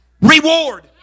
reward